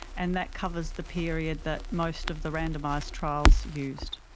and that covers the period that most of the randomised trials used.